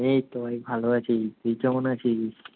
এই তো ভাই ভালো আছি তুই কেমন আছিস